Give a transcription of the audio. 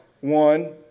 one